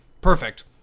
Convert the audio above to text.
Perfect